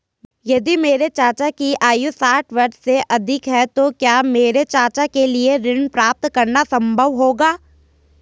यदि मेरे चाचा की आयु साठ वर्ष से अधिक है तो क्या मेरे चाचा के लिए ऋण प्राप्त करना संभव होगा?